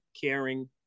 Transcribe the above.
caring